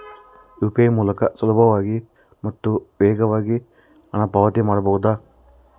UPI ಮೂಲಕ ಸುಲಭವಾಗಿ ಮತ್ತು ವೇಗವಾಗಿ ಹಣ ಪಾವತಿ ಮಾಡಬಹುದಾ?